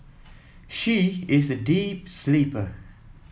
she is a deep sleeper